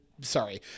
Sorry